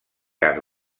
gas